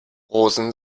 rosen